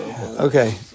Okay